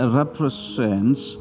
represents